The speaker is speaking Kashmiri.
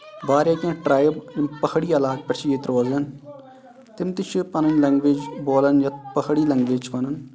واریاہ کیٚنٛہہ ٹرایِب یِم پہٲڑی علاقہٕ پٮ۪ٹھ چھِ ییٚتہِ روزان تِم تہِ چھِ پَنٕنۍ لینگویج بولان یَتھ پہٲڑی لینگویج چھِ وَنان